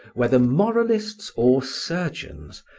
whether moralists or surgeons,